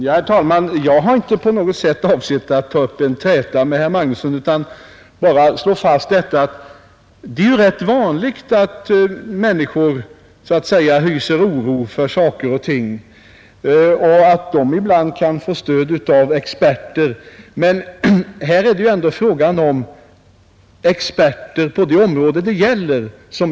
Herr talman! Jag har inte på något sätt avsett att ta upp en träta med herr Magnusson i Kristinehamn; jag har bara velat slå fast att det är rätt vanligt att människor så att säga hyser oro för saker och ting och att de ibland kan få stöd av experter. Men de experter somi jag har åberopat är ändå experter på det område det gäller.